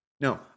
No